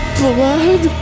blood